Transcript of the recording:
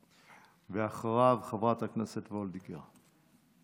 ואחריו, חברת הכנסת וולדיגר.